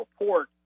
report